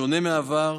בשונה מהעבר,